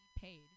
paid